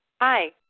Hi